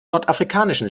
nordafrikanischen